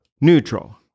neutral